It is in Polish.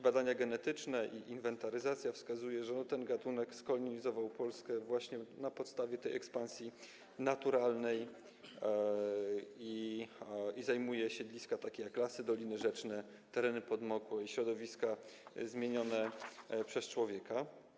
Badania genetyczne i wyniki inwentaryzacji wskazują, że ten gatunek skolonizował Polskę właśnie na zasadzie ekspansji naturalnej i zajmuje siedliska takie jak lasy, doliny rzeczne, tereny podmokłe i środowiska zmienione przez człowieka.